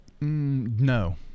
no